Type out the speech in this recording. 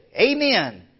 Amen